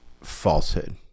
falsehood